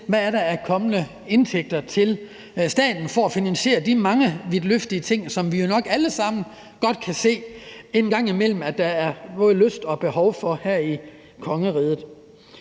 hvad der er af kommende indtægter til staten for at finansiere de mange vidtløftige ting, som vi nok alle sammen godt kan se der en gang imellem både er lyst til og behov for her i kongeriget.